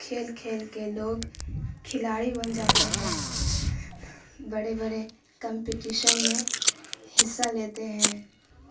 کھیل کھیل کے لوگ کھلاڑی بن جاتے ہیں بڑے بڑے کمپٹیشن میں حصہ لیتے ہیں